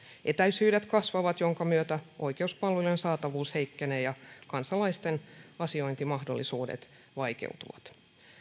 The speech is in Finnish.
etäisyydet kasvavat minkä myötä oikeuspalvelujen saatavuus heikkenee ja kansalaisten asiointimahdollisuudet vaikeutuvat